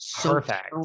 Perfect